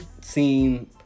seem